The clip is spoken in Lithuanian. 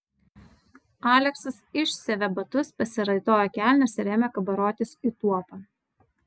aleksas išsiavė batus pasiraitojo kelnes ir ėmė kabarotis į tuopą